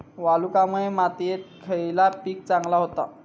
वालुकामय मातयेत खयला पीक चांगला होता?